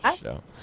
show